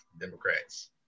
democrats